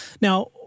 Now